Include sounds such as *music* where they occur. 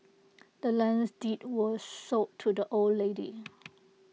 the land's deed was sold to the old lady *noise*